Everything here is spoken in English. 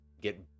get